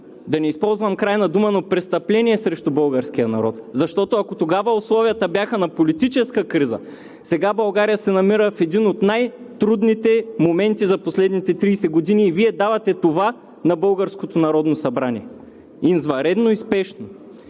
да не използвам крайна дума, е престъпление срещу българския народ, защото, ако тогава условията бяха на политическа криза, сега България се намира в един от най-трудните моменти за последните 30 години и Вие давате това на българското Народно събрание – извънредно и спешно.